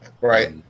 Right